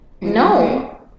no